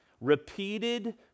Repeated